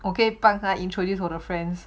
okay pagan introduced with your friends